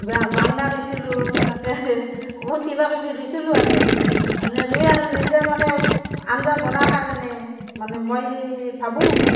বেঙেনা ৰুইছিলোঁ সেনেকৈ বহুত কিবাকিবি ৰুইছিলোঁ আৰু এনেই ৰুই আৰু নিজে মানে আঞ্জা বনাৰ কাৰণে মানে মই ভাবোঁ